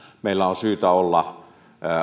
meillä on syytä olla